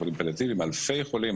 אלפי חולים,